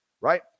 Right